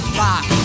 rock